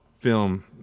film